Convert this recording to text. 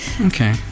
okay